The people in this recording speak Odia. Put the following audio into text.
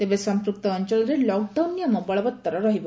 ତେବେ ସମ୍ମକ୍ତ ଅଞ୍ଞଳରେ ଲକ୍ଡାଉନ୍ ନିୟମ ବଳବତ୍ତର ରହିବ